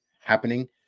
happening